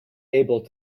able